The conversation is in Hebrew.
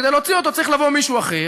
כדי להוציא אותו צריך לבוא מישהו אחר